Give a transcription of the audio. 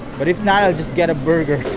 but if not, i'll just get a burger